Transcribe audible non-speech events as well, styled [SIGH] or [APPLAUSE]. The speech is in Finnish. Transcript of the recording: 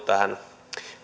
[UNINTELLIGIBLE] tähän